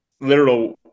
literal